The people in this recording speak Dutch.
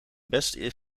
best